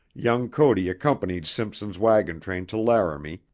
young cody accompanied simpson's wagon-train to laramie,